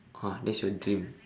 !huh! that's your dream